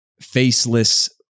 faceless